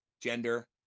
gender